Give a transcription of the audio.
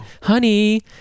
honey